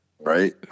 Right